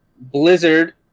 blizzard